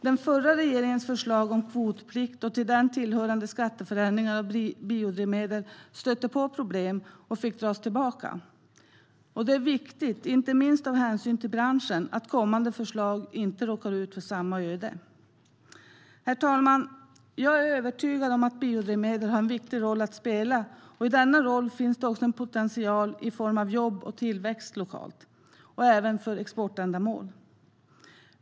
Den förra regeringens förslag om kvotplikt och till den hörande skatteförändringar för biodrivmedel stötte på problem och fick dras tillbaka. Det är viktigt inte minst av hänsyn till branschen att kommande förslag inte råkar ut för samma öde. Herr talman! Jag är övertygad om att biodrivmedel har en viktig roll att spela, och i denna roll finns det även en potential i form av jobb och tillväxt lokalt liksom exportändamål.